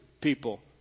people